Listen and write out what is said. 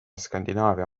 skandinaavia